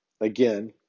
again